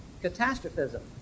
catastrophism